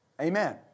Amen